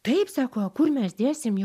taip sako o kur mes dėsim jau